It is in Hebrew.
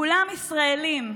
כולם ישראלים,